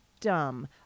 dumb